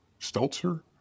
Stelter